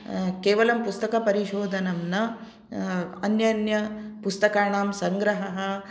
केवलं पुस्तकपरिशोधनं न अन्य अन्य पुस्तकानां सङ्ग्रहः